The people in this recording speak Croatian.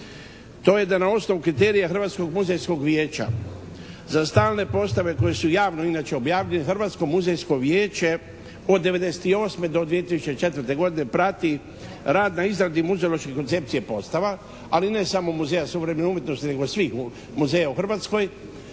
to je da na osnovu kriterija Hrvatskog muzejskog vijeća za stalne postave koji su javno inače objavljeni Hrvatsko muzejsko vijeće od '98. do 2004. godine prati rad na izradi muziološke koncepcije postava, ali ne samo muzeja suvremene umjetnosti nego svih muzeja u Hrvatskoj